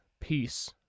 peace